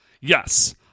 Yes